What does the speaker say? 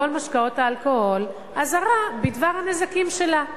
משקאות האלכוהול אזהרה בדבר הנזקים שלו.